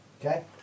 Okay